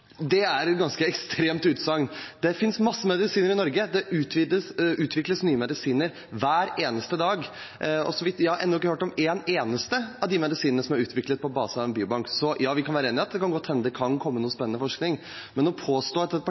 er et ganske ekstremt utsagn. Det fins mange medisiner i Norge, det utvikles nye medisiner hver eneste dag. Jeg har ennå ikke hørt om at en eneste av de medisinene er utviklet på basis av en biobank. Vi kan være enig i at det godt kan hende det kan komme noe spennende forskning. Men når man påstår at et